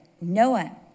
Noah